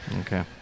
Okay